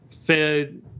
Fed